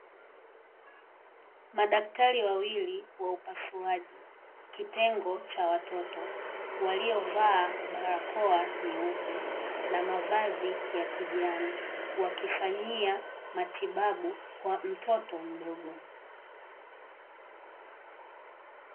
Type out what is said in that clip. Madaktari wawili wa upasuaji, kitengo cha watoto waliovaa barakoa nyeupe na mavazi ya kijani wakifanyia matibabu kwa mtoto mdogo.